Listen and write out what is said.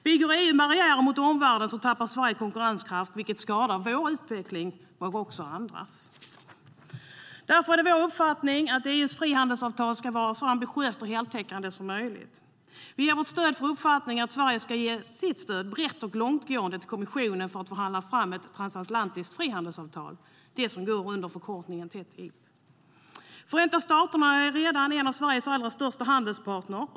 Bygger EU en barriär mot omvärlden tappar Sverige konkurrenskraft, vilket skadar vår utveckling men också andras. Därför är det vår uppfattning att EU:s frihandelsavtal ska vara så ambitiösa och heltäckande som möjligt. Vi ger vårt stöd till uppfattningen att Sverige ska ge brett och långtgående stöd till kommissionen för att förhandla fram ett transatlantiskt frihandelsavtal, det som går under förkortningen TTIP.Förenta staterna är redan en av Sveriges allra största handelspartner.